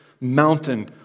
mountain